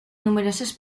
numerosos